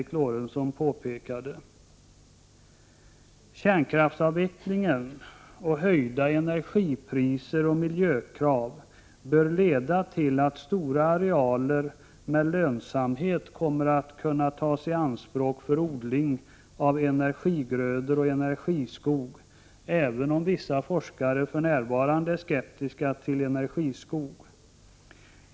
Kärnkraftsavvecklingen och höjda energipriser och miljökrav bör leda till att stora arealer kommer att med lönsamhet kunna tas i anspråk för odling av energigrödor och energiskog, även om vissa forskare för närvarande är skeptiska till energiskog.